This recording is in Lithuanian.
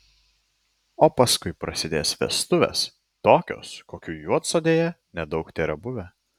o paskui prasidės vestuvės tokios kokių juodsodėje nedaug tėra buvę